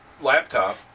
laptop